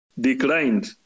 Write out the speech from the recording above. declined